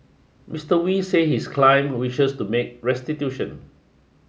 Mister Wee said his client wishes to make restitution